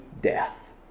death